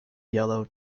yellow